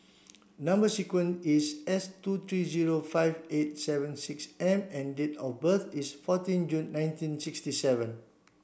number sequence is S two three zero five eight seven six M and date of birth is fourteen June nineteen sixty seven